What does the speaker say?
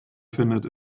findet